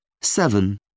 Seven